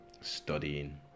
studying